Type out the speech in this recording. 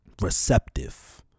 Receptive